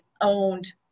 owned